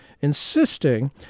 insisting